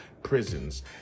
prisons